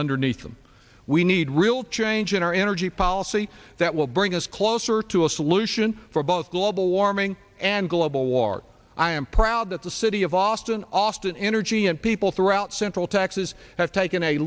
underneath them we need real change in our energy policy that will bring us closer to a solution for both global warming and global war i am proud that the city of austin austin energy and people throughout central texas have taken a